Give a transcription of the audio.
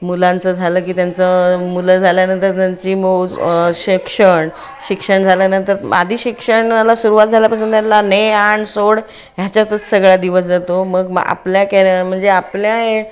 मुलांचं झालं की त्यांचं मुलं झाल्यानंतर त्यांची मोज शिक्षण शिक्षण झाल्यानंतर आधी शिक्षणाला सुरवात झाल्यापासून त्यांना ने आण सोड ह्याच्यातच सगळा दिवस जातो मग मग आपल्या कॅर म्हणजे आपल्या